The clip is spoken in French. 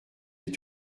des